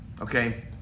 Okay